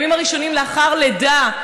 בימים הראשונים לאחר לידה,